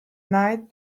night